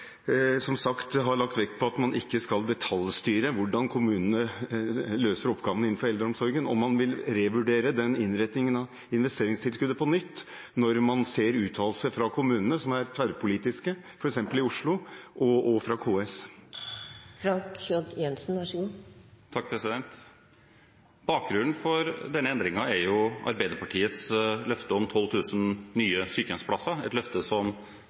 sagt har lagt vekt på at man ikke skal detaljstyre hvordan kommunene løser oppgavene innenfor eldreomsorgen, om man vil revurdere innretningen av investeringstilskuddet på nytt når man ser de tverrpolitiske uttalelsene fra kommunene, f.eks. Oslo, og fra KS. Bakgrunnen for denne endringen er Arbeiderpartiets løfte om 12 000 nye sykehjemsplasser, et løfte som